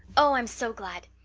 oh, i'm so glad.